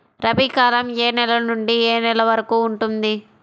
రబీ కాలం ఏ నెల నుండి ఏ నెల వరకు ఉంటుంది?